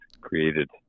created